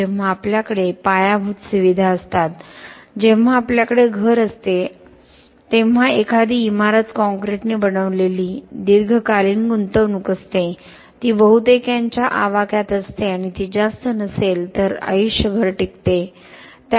जेव्हा आपल्याकडे पायाभूत सुविधा असतात जेव्हा आपल्याकडे घर असते जेव्हा आपल्याकडे घर असते तेव्हा एखादी इमारत काँक्रीटने बनवलेली एखादी दीर्घकालीन गुंतवणूक असते ती बहुतेकांच्या आवाक्यात असते आणि ती जास्त नसेल तर आयुष्यभर टिकते